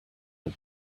had